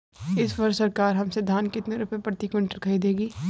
इस वर्ष सरकार हमसे धान कितने रुपए प्रति क्विंटल खरीदेगी?